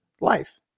life